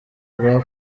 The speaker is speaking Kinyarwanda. rwa